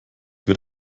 wird